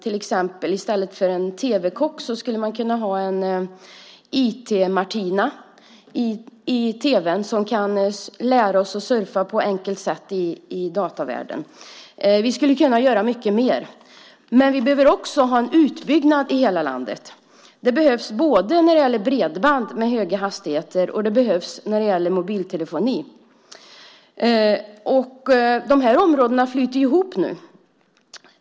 I stället för en tv-kock skulle vi kunna ha en IT-Martina i tv som kan lära oss att surfa i datavärlden. Vi skulle kunna göra mycket mer. Vi behöver också ha en utbyggnad i hela landet. Det behövs både för bredband med höga hastigheter och för mobiltelefoni. De områdena flyter ju ihop nu.